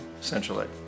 essentially